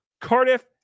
Cardiff